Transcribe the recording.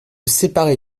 séparer